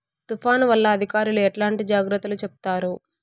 తుఫాను వల్ల అధికారులు ఎట్లాంటి జాగ్రత్తలు చెప్తారు?